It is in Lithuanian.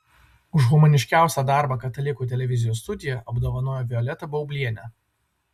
už humaniškiausią darbą katalikų televizijos studija apdovanojo violetą baublienę